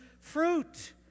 fruit